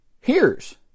hears